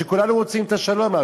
וכולנו רוצים את השלום,